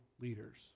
leaders